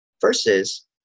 Versus